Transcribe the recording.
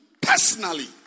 personally